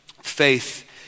faith